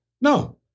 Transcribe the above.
No